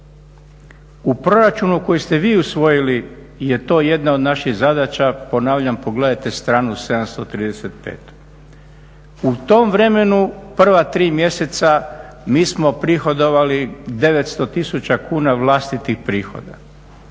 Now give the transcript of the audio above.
u proračunu koji ste vi usvojili je to jedna od naših zadaća. Ponavljam, pogledajte stranu 735. U tom vremenu prva tri mjeseca mi smo uprihodovali 900 000 kuna vlastitih prihoda.